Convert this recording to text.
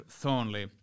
Thornley